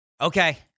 okay